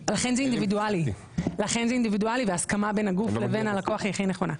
שלכן זה אינדיבידואלי וזאת הסכמה בין הגוף לבין הלקוח היא הכי נכונה.